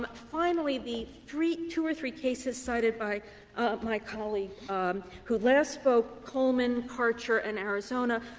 but finally, the three two or three cases cited by my colleague who last spoke coleman, karcher and arizona,